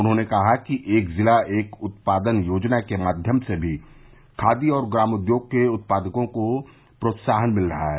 उन्होंने कहा कि एक जिला एक उत्पादन योजना के माध्यम से भी खादी और ग्रामोदोग के उत्पादों को प्रोत्साहन मिल रहा है